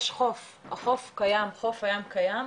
יש חוף, החוף קיים, חוף הים קיים,